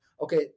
okay